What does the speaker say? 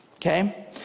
okay